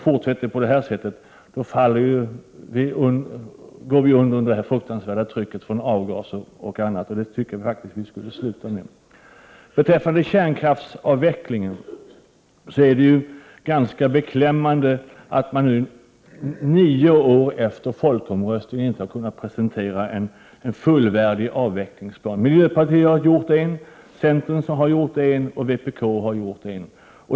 Fortsätter vi på det här sättet, går vi under under det fruktansvärda trycket av avgaser och annat. Det borde vi faktiskt sluta med. Beträffande kärnkraftsavvecklingen är det ganska beklämmande att man nu nio år efter folkomröstningen inte har kunnat presentera en fullvärdig avvecklingsplan. Miljöpartiet har gjort det, centern har gjort det och vpk har gjort det.